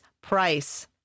price